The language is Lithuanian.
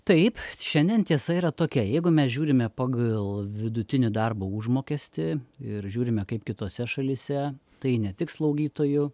taip šiandien tiesa yra tokia jeigu mes žiūrime pagal vidutinį darbo užmokestį ir žiūrime kaip kitose šalyse tai ne tik slaugytojų